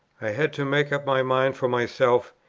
i had to make up my mind for myself,